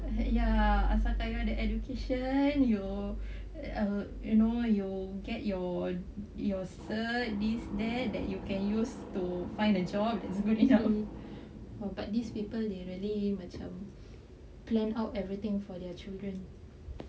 ya asalkan you ada education you know you get your your cert this that you can use to find a job that's good enough but these people they really macam plan out everything for their children